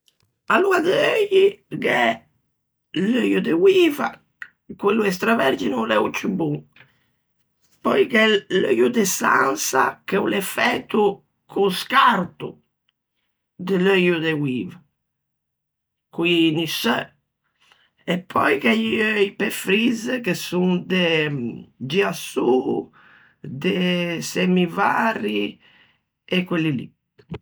Aloa de euii gh'é l'euio de oiva, quello extavergine o l'é o ciù bon, pöi gh'é l'euio de sansa che o l'é faeto co-o scarto de l'euio de oiva, co-i nisseu, e pöi gh'é i euii pe frizze che son de de giasô, de semmi vari e quelli li.